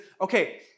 okay